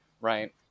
Right